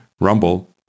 Rumble